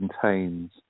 contains